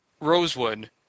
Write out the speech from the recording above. Rosewood